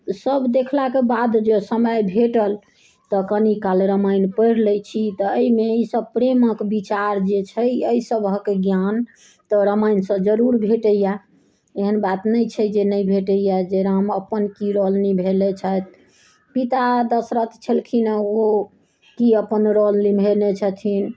सभ देखलाके बाद जे समय भेटल तऽ कनिकाल रामायण पढ़ि लै छी तऽ एहिमे ईसभ प्रेमक विचार जे छै एहिसभक ज्ञान तऽ रामायणसँ जरूर भेटैए एहन बात नहि छै जे नहि भेटैए जे राम अप्पन की रोल निभेने छथि पिता दशरथ छलखिन हेँ ओ की अपन रोल निभेने छथिन